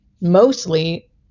mostly